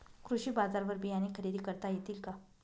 कृषी बाजारवर बियाणे खरेदी करता येतील का?